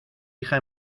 hija